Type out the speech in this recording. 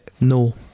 No